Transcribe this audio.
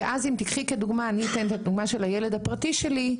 אני אתן דוגמה של הילד הפרטי שלי,